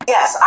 Yes